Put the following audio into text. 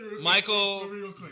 Michael